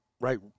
Right